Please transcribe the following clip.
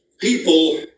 people